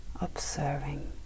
observing